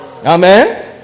amen